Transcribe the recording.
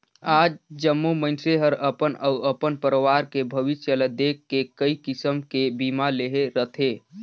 आज जम्मो मइनसे हर अपन अउ अपन परवार के भविस्य ल देख के कइ किसम के बीमा लेहे रथें